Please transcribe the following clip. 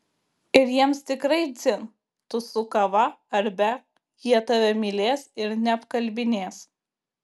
ir jiems tikrai dzin tu su kava ar be jie tave mylės ir neapkalbinės